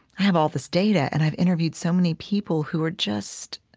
i have all this data and i've interviewed so many people who are just,